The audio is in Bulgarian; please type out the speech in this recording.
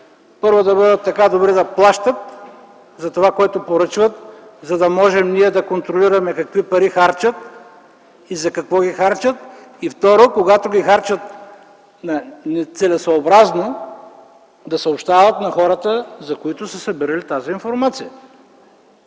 първо, да бъдат така добри да плащат за това, което поръчват, за да можем ние да контролираме какви пари и за какво харчат. Второ, когато ги харчат нецелесъобразно, да съобщават на хората, за които са събирали тази информация.